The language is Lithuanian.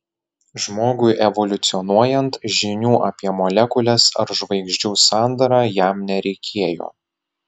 žmogui evoliucionuojant žinių apie molekules ar žvaigždžių sandarą jam nereikėjo